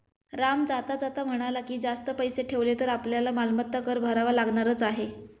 राम जाता जाता म्हणाला की, जास्त पैसे ठेवले तर आपल्याला मालमत्ता कर भरावा लागणारच आहे